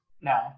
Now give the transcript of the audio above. now